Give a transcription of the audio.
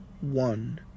One